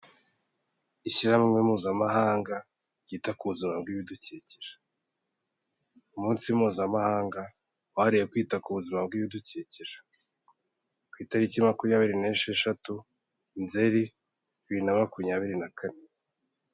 Ishyirahamwe mpuzamahanga ryita ku buzima bw'ibidukikije. Umunsi mpuzamahanga wahariwe kwita ku buzima bw'ibidukikije, ku itariki makumyabiri n'esheshatu Nzeri bibiri na makumyabiri na kane.